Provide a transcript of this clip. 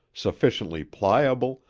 sufficiently pliable,